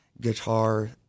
guitar